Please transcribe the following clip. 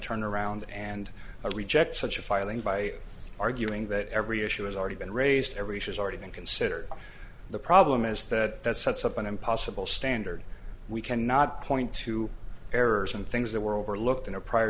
turn around and reject such a filing by arguing that every issue has already been raised every show has already been considered the problem is that sets up an impossible standard we cannot point to errors and things that were overlooked in a prior